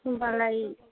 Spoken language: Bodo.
होम्बालाय